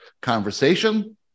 conversation